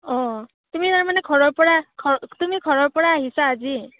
অঁ তুমি তাৰ মানে ঘৰৰ পৰা ঘৰ তুমি ঘৰৰ পৰা আহিছা আজি